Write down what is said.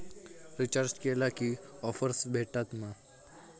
Recharge केला की offers भेटात मा?